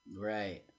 Right